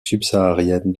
subsaharienne